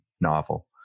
novel